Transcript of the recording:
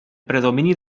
predomini